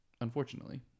unfortunately